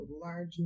large